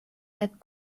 that